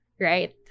right